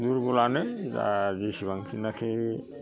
दुरबलआनो दा जेसेबांनाखि